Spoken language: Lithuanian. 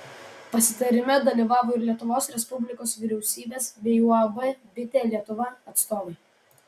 pasitarime dalyvavo ir lietuvos respublikos vyriausybės bei uab bitė lietuva atstovai